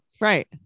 Right